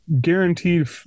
guaranteed